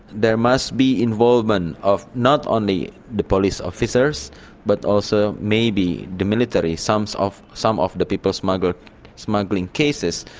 there must be involvement of not only the the police officers but also maybe the military, some so of some of the people smuggling smuggling cases